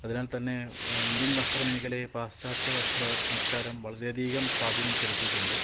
അതിനാൽ തന്നെ ഇൻഡ്യൻ വസ്ത്രമേഖലയെ പാശ്ചാത്യ വസ്ത്ര സംസ്കാരം വളരെയധികം സ്വാധീനം ചെലുത്തിയിട്ടുണ്ട്